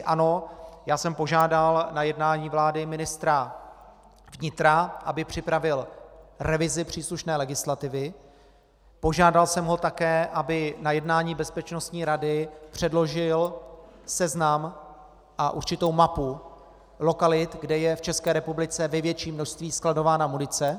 Ano, já jsem požádal na jednání vlády ministra vnitra, aby připravil revizi příslušné legislativy, požádal jsem ho také, aby na jednání Bezpečnostní rady předložil seznam a určitou mapu lokalit, kde je v České republice v největším množství skladována munice.